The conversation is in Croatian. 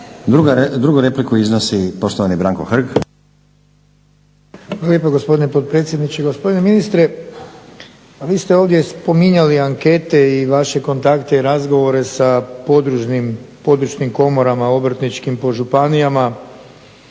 Drugu repliku iznosi poštovani Branko Hrg. **Hrg, Branko (HSS)** Hvala lijepa gospodine potpredsjedniče. Gospodine ministre, vi ste ovdje spominjali ankete i vaše kontakte i razgovore sa područnim komorama obrtničkim po županijama,